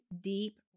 deep